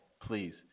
Please